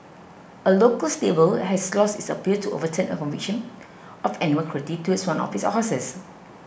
a local stable has lost its appeal to overturn a conviction of animal cruelty towards one of its horses